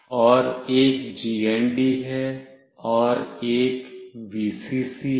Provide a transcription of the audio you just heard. और एक GND है और एक VCC है